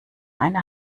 eine